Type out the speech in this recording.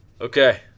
Okay